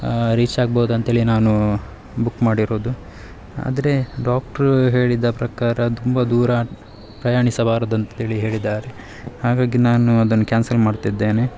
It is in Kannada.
ರೀಚ್ ಆಗ್ಬೋದಂತೇಳಿ ನಾನು ಬುಕ್ ಮಾಡಿರೋದು ಆದರೆ ಡಾಕ್ಟ್ರು ಹೇಳಿದ ಪ್ರಕಾರ ತುಂಬ ದೂರ ಪ್ರಯಾಣಿಸಬಾರದಂತೇಳಿ ಹೇಳಿದ್ದಾರೆ ಹಾಗಾಗಿ ನಾನು ಅದನ್ನು ಕ್ಯಾನ್ಸಲ್ ಮಾಡ್ತಿದ್ದೇನೆ